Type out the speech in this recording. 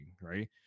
right